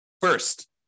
First